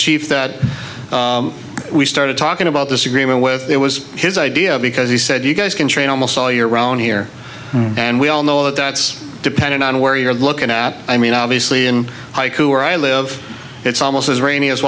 chief that we started talking about this agreement with it was his idea because he said you guys can train almost all year round here and we all know that that's dependent on where you're looking at i mean obviously in haiku or i live it's almost as rain